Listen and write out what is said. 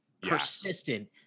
persistent